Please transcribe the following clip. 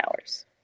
hours